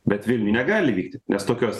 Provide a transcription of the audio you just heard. bet vilniuj negali vykti nes tokios